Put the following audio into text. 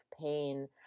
pain